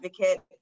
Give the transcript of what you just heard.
advocate